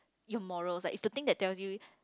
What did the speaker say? your morals like it's the thing that tell you